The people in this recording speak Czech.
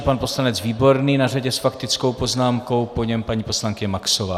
Pan poslanec Výborný na řadě s faktickou poznámkou, po něm paní poslankyně Maxová.